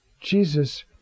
Jesus